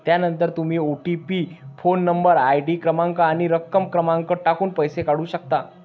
त्यानंतर तुम्ही OTP phone number, ID क्रमांक आणि रक्कम क्रमांक टाकून पैसे काढू शकता